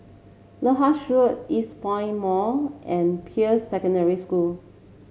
Lyndhurst Road Eastpoint Mall and Peirce Secondary School